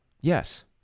Yes